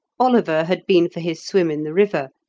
oliver had been for his swim in the river.